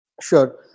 sure